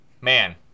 man